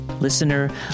listener